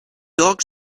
dog